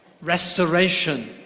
restoration